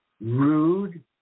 rude